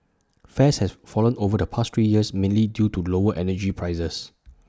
fares has fallen over the past three years mainly due to lower energy prices